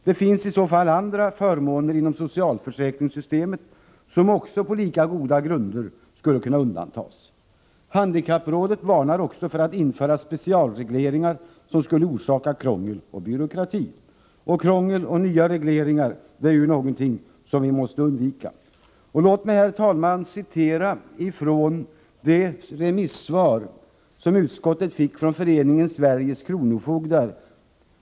Det finns i så fall andra förmåner inom socialförsäkringssystemet som också, på lika goda grunder, skulle kunna undantas. Handikapprådet varnar också för att införa specialregleringar, som skulle kunna orsaka krångel och byråkrati. Krångel och nya regleringar är ju någonting som vi måste undvika. Låt mig, herr talman, citera från det remissvar utskottet fick från Föreningen Sveriges kronofogdar.